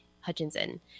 Hutchinson